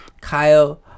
Kyle